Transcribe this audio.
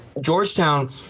Georgetown